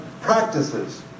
practices